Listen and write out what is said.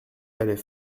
d’aller